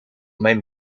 mijn